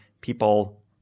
people